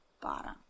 bottom